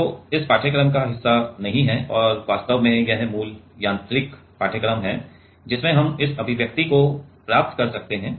जो इस पाठ्यक्रम का हिस्सा नहीं है और वास्तव में यह मूल यांत्रिक पाठ्यक्रम है जिससे हम इस अभिव्यक्ति को प्राप्त कर सकते हैं